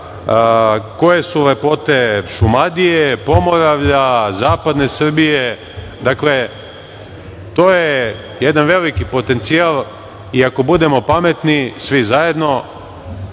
koje su lepote Šumadije, Pomoravlja, zapadne Srbije. Dakle, to je jedan veliki potencijal. Ako budemo pametni, svi zajedno,